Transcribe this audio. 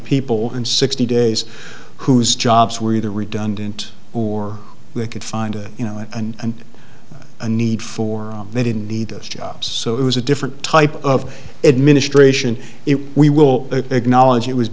people in sixty days whose jobs were either redundant or they could find it you know it and a need for they didn't need us jobs so it was a different type of administration if we will acknowledge it was